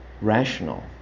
rational